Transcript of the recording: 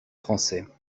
français